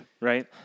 right